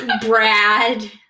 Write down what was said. Brad